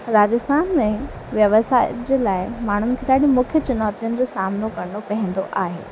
राजस्थान में व्यवसाय जे लाइ माण्हुनि खे ॾाढियुनि मुख्यु चुनौतियुनि जो सामनो करिणो पवंदो आहे